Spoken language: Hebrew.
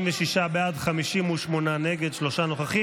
בעד, 58 נגד, שלושה נוכחים.